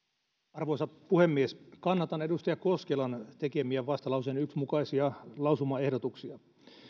arvoisa puhemies kannatan edustaja koskelan tekemiä vastalauseen yksi mukaisia lausumaehdotuksia